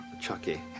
Chucky